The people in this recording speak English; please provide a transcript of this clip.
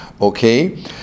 Okay